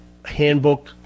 handbook